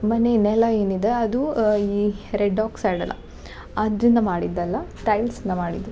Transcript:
ಮನೆ ನೆಲ ಏನಿದೆ ಅದು ಈ ರೆಡ್ ಓಕ್ ಸೈಡಲ್ಲ ಅದನ್ನ ಮಾಡಿದ್ದಲ್ಲ ಟೈಲ್ಸ್ಯಿಂದ ಮಾಡಿದ್ದು